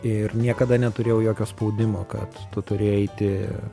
ir niekada neturėjau jokio spaudimo kad tu turi eiti